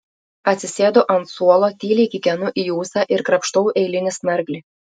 atsisėdu ant suolo tyliai kikenu į ūsą ir krapštau eilinį snarglį